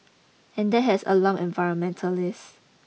and that has alarmed environmentalists